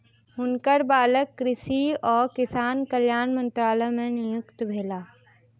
हुनकर बालक कृषि आ किसान कल्याण मंत्रालय मे नियुक्त भेला